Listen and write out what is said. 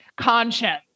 Conscience